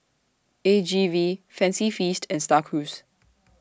A G V Fancy Feast and STAR Cruise